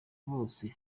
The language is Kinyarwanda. bose